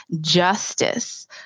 justice